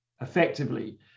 effectively